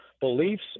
beliefs